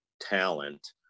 talent